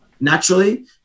naturally